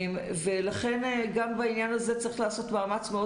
לכן גם בעניין הזה צריך לעשות מאמץ מאוד